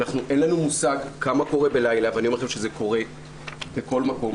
אין לנו מושג כמה קורה בלילה ואני אומר לכם שזה קורה בכל מקום,